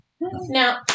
Now